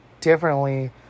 differently